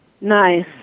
Nice